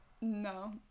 No